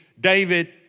David